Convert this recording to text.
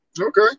Okay